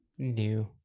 new